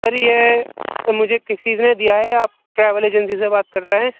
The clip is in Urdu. سر یہ مجھے کسی نے دیا ہے آپ ٹریویل ایجنسی سے بات کر رہے ہیں